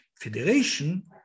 Federation